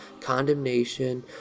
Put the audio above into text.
condemnation